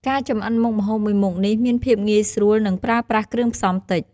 ការចំអិនមុខម្ហូបមួយមុខនេះមានភាពងាយស្រួល និងប្រើប្រាស់គ្រឿងផ្សំតិច។